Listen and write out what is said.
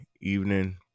evening